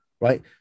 right